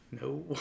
No